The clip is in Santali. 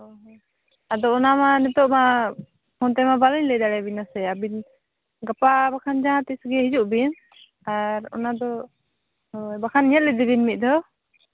ᱟᱫᱚ ᱚᱱᱟ ᱢᱟ ᱱᱤᱛᱚᱜ ᱢᱟ ᱚᱱᱛᱮ ᱢᱟ ᱵᱟᱹᱞᱤᱧ ᱞᱟᱹᱭ ᱫᱟᱲᱮᱭᱟᱵᱮᱱᱟ ᱥᱮ ᱟᱹᱵᱤᱱ ᱜᱟᱯᱟ ᱵᱟᱠᱷᱟᱱ ᱡᱟᱦᱟᱸ ᱛᱤᱥ ᱜᱮ ᱦᱤᱡᱩᱜ ᱵᱤᱱ ᱟᱨ ᱚᱱᱟ ᱫᱚ ᱦᱳᱭ ᱵᱟᱠᱷᱟᱱ ᱧᱮᱞ ᱤᱫᱤ ᱵᱮᱱ ᱢᱤᱫ ᱫᱷᱟᱣ